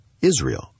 Israel